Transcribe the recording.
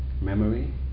memory